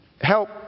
help